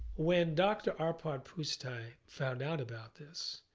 when dr. arpad pusztai found out about this,